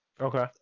Okay